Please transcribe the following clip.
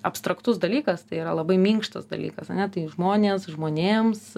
abstraktus dalykas tai yra labai minkštas dalykas ane tai žmonės žmonėms